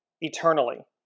eternally